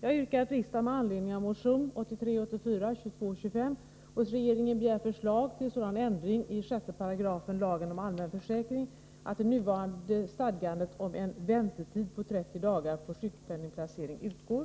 Jag yrkar att riksdagen med anledning av motion 1983/ 84:2225 hos regeringen begär förslag till sådana ändringar i 6 § lagen om allmän försäkring att det nuvarande stadgandet om en ”väntetid” på 30 dagar för sjukpenningplacering utgår.